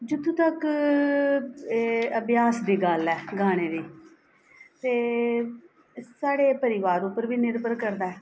जित्थूं तक एह् अभ्यास दी गल्ल ऐ गाने दी ते साढ़े परिवार उप्पर बी निरभर करदा ऐ